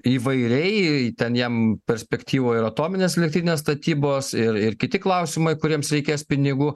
įvairiai ten jam perspektyvoje ir atominės elektrinės statybos ir ir kiti klausimai kuriems reikės pinigų